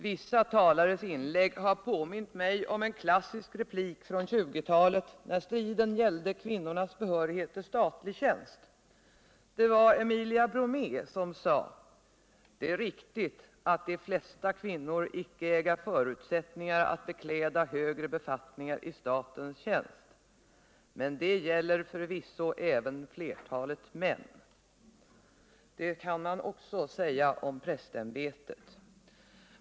Vissa talares inlägg har påmint mig om en klassisk replik från 1920-talet när striden gällde kvinnornas behörighet till statlig tjänst. Det var Emilia Bromé som sade: Det är riktigt att de flesta kvinnor icke äga förutsättningar att bekläda högre befattningar i statens tjänst, men det gäller förvisso även flertalet män. Det kan man också säga om prästämbetet.